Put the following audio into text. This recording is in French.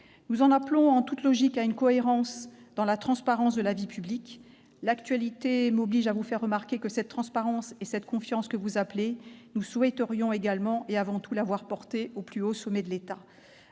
Nous en appelons en toute logique à une cohérence dans la transparence de la vie publique. L'actualité m'oblige à vous faire remarquer que cette transparence et cette confiance que vous appelez, nous souhaiterions également et avant tout la voir portée au plus haut sommet de l'État.